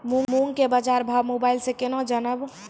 मूंग के बाजार भाव मोबाइल से के ना जान ब?